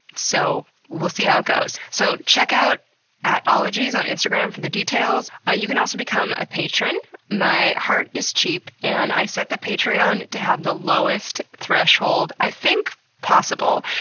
so, we'll see how it goes. so check out at ologies on instagram for the details. you can also become a patron. my heart is cheap, and i set the patreon to have the lowest threshold i think possible,